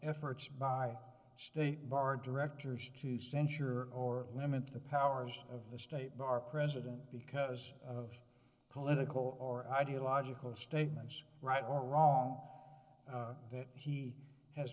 efforts by student bar directors to censure or limit the powers of the state bar president because of political or ideological statements right or wrong that he has